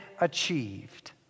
achieved